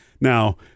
Now